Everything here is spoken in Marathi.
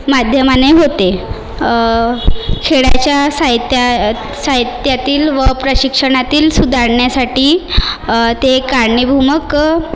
माध्यमाने होते खेळाच्या साहित्यात साहित्यातील व प्रशिक्षणातील सुधारण्यासाठी ते कारणीभूमक